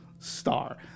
Star